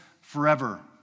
forever